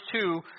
two